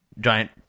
giant